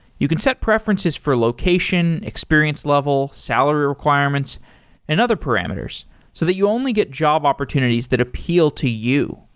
you can set preferences for location, experience level, salary requirements and other parameters so that you only get job opportunities that appeal to you.